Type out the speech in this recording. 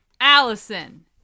Allison